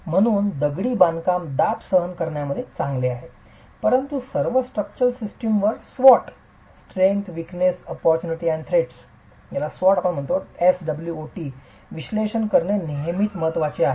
म्हणून दगडी बांधकाम दाब सहन करण्यामध्ये चांगले आहे परंतु सर्व स्ट्रक्चरल सिस्टमवर SWOT विश्लेषण करणे नेहमीच महत्वाचे आहे